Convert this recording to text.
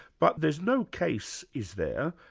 but there's no case, is there,